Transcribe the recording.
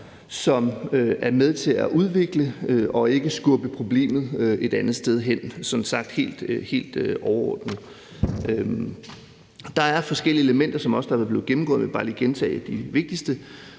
som er med til at udvikle det og ikke skubbe problemet et andet sted hen, sagt helt overordnet. Der er forskellige elementer, hvilket også er blevet gennemgået, men jeg vil bare lige gentage de vigtigste.